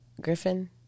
griffin